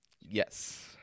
Yes